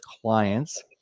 clients